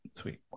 sweet